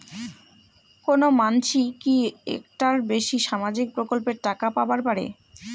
কোনো মানসি কি একটার বেশি সামাজিক প্রকল্পের টাকা পাবার পারে?